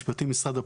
סעיף